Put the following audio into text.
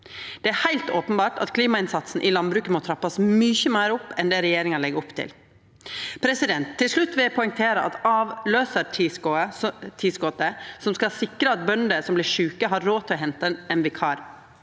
Det er heilt openbert at klimainnsatsen i landbruket må trappast mykje meir opp enn det regjeringa legg opp til. Til slutt vil eg poengtera at avløysartilskotet, som skal sikra at bønder som vert sjuke, har råd til å henta ein vikar,